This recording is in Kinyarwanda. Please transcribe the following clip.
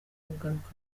kugaruka